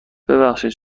ببخشید